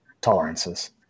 tolerances